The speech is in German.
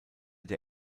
der